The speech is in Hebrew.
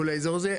כל האזור הזה.